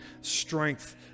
strength